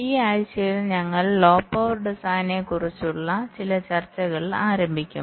ഈ ആഴ്ചയിൽ ഞങ്ങൾ ലോ പവർ ഡിസൈനിനെക്കുറിച്ചുള്ള ചില ചർച്ചകൾ ആരംഭിക്കും